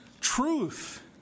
truth